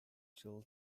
jill